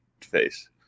face